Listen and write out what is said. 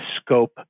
scope